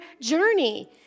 journey